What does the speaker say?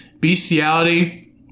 Bestiality